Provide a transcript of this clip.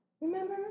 Remember